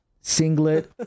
singlet